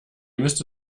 müsste